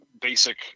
basic